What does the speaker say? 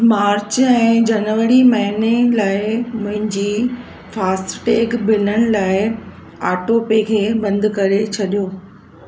मार्च ऐं जनवरी महीने लाइ मुंहिंजी फास्टैग बिलनि लाइ ऑटोपे खे बंदि करे छॾियो